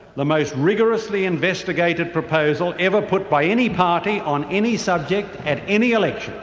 the most rigorously investigated proposal ever put by any party on any subject at any election,